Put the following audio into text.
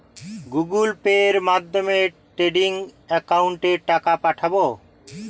Google পের মাধ্যমে trading একাউন্টে টাকা পাঠাবো?